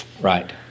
Right